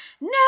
no